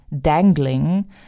dangling